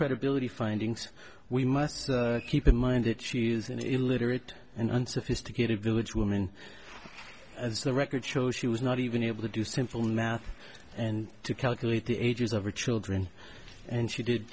credibility findings we must keep in mind that she is an illiterate and unsophisticated village woman as the records show she was not even able to do simple math and to calculate the ages of her children and she did